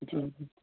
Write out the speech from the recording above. जी